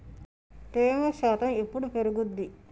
తేమ శాతం ఎప్పుడు పెరుగుద్ది?